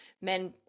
men